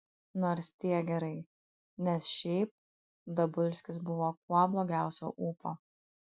nors tiek gerai nes šiaip dabulskis buvo kuo blogiausio ūpo